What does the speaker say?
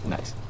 Nice